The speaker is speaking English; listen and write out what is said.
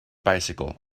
bicycle